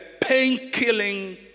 pain-killing